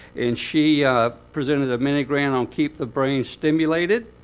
and she presented a mini grant on keep the brain stimulated.